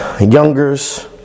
Youngers